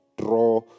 draw